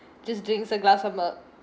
just drinks a glass of milk